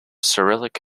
cyrillic